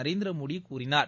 நரேந்திரமோடி கூறினார்